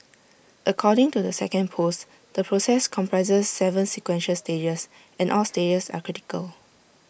according to the second post the process comprises Seven sequential stages and all stages are critical